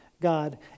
God